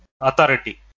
authority